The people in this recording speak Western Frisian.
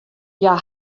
hja